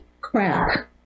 crap